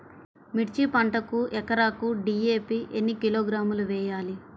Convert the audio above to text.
మిర్చి పంటకు ఎకరాకు డీ.ఏ.పీ ఎన్ని కిలోగ్రాములు వేయాలి?